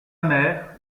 mère